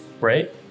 Right